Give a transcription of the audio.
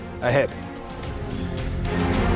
Ahead